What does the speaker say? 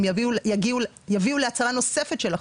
הם יביאו להצרה נוספת של החוף,